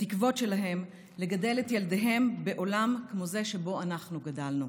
בתקוות שלהם לגדל את ילדיהם בעולם כמו זה שבו אנחנו גדלנו.